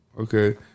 Okay